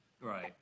Right